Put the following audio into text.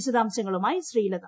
വിശദാംശങ്ങളുമായി ശ്രീലത